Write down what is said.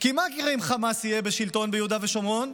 כי מה יקרה אם חמאס יהיה בשלטון ביהודה ושומרון?